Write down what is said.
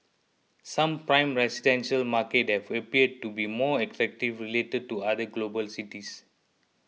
some prime residential market have appeared to be more attractive related to other global cities